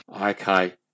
Okay